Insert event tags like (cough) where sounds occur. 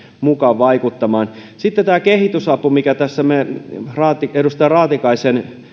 mukaan vaikuttamaan sitten tästä kehitysavusta mikä tässä edustaja raatikaisen (unintelligible)